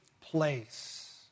place